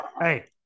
Hey